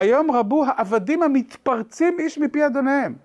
היום רבו העבדים המתפרצים איש מפי אדוניהם.